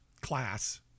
class